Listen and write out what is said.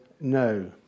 no